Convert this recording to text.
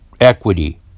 equity